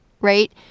right